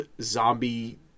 zombie